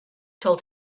told